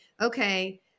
okay